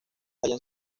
hayan